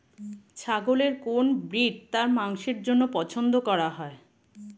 ছাগলের কোন ব্রিড তার মাংসের জন্য পছন্দ করা হয়?